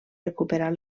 recuperar